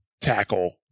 tackle